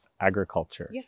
agriculture